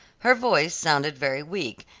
her voice sounded very weak,